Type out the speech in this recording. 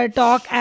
talk